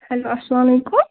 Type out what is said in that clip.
hello اسلام علیکُم